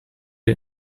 der